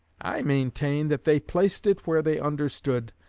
i maintain that they placed it where they understood,